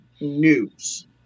news